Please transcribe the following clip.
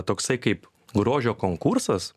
toksai kaip grožio konkursas